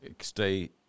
stay